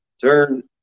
Turn